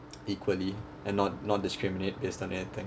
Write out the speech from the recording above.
equally and not not discriminate based on anything